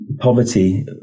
poverty